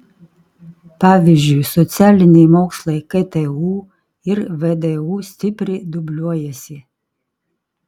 pavyzdžiui socialiniai mokslai ktu ir vdu stipriai dubliuojasi